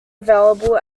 available